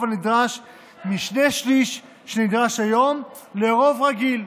הנדרש משני שלישי שנדרשים כיום לרוב רגיל.